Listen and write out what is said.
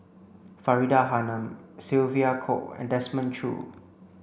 Faridah Hanum Sylvia Kho and Desmond Choo